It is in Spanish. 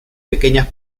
pequeñas